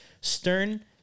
Stern